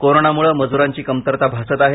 कोरोनामुळे मज्रांची कमतरता भासत आहे